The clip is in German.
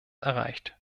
erreicht